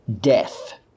Death